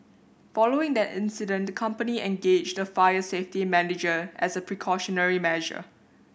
following that incident the company engaged a fire safety manager as a precautionary measure